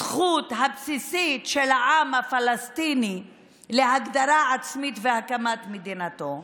הזכות הבסיסית של העם הפלסטיני להגדרה עצמית והקמת מדינתו,